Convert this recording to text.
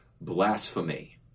blasphemy